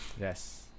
Yes